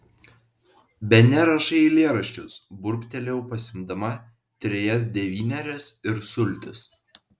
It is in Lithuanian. bene rašai eilėraščius burbtelėjau pasiimdama trejas devynerias ir sultis